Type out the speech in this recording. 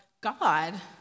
God